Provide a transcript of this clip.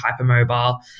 hypermobile